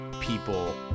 people